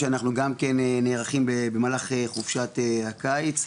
שאנחנו גם נערכים במהלך חופשת הקיץ.